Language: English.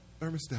thermostat